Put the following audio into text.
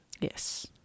Yes